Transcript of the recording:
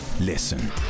listen